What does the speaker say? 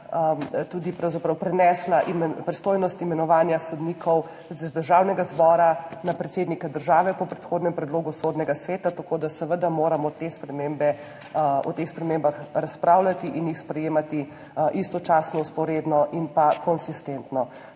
pravzaprav prenesla pristojnost imenovanja sodnikov z Državnega zbora na predsednika države po predhodnem predlogu Sodnega sveta. Tako da seveda moramo o teh spremembah razpravljati in jih sprejemati istočasno, vzporedno in konsistentno.